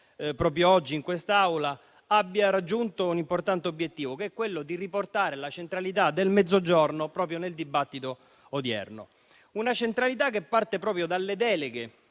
proprio oggi in quest'Aula, abbia raggiunto un importante obiettivo, cioè quello di riportare la centralità del Mezzogiorno nel dibattito odierno. Una centralità che parte proprio dalle deleghe